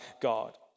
God